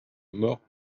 mort